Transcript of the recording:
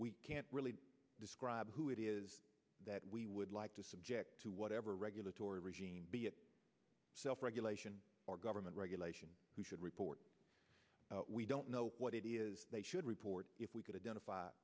we can't really describe who it is that we would like to subject to whatever regulatory regime be it self regulation or government regulation we should report we don't know what it is they should report if we could identify